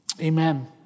Amen